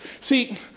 See